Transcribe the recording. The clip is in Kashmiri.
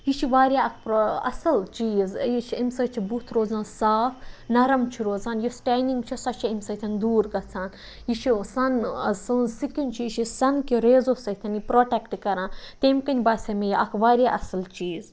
یہِ چھِ واریاہ اَکھ اَصٕل چیٖز یہِ چھِ اَمہِ سۭتۍ چھِ بُتھ روزان صاف نرم چھِ روزان یُس ٹینِنٛگ چھِ سۄ چھےٚ اَمہِ سۭتۍ دوٗر گژھان یہِ چھُ سَن سٲنۍ سِکِن چھِ یہِ چھِ سَن کہِ ریزو سۭتۍ یہِ پرٛوٹیکٹ کَران تمہِ کَنۍ باسے مےٚ یہِ اَکھ واریاہ اَصٕل چیٖز